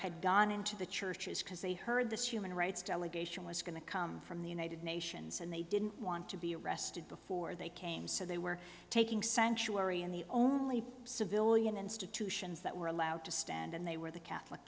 had gone into the churches because they heard this human rights delegation was going to come from the united nations and they didn't want to be arrested before they came so they were taking sanctuary in the only civilian institutions that were allowed to stand and they were the catholic